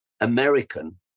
American